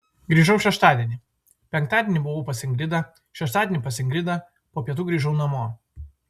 grįžau šeštadienį penktadienį buvau pas ingridą šeštadienį pas ingridą po pietų grįžau namo